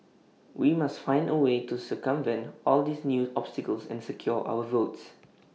we must find A way to circumvent all these new obstacles and secure our votes